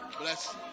Bless